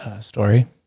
story